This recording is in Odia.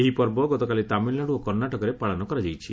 ଏହି ପର୍ବ ଗତକାଲି ତାମିଲ୍ନାଡୁ ଓ କର୍ଷାଟକରେ ପାଳନ କରାଯାଇଛି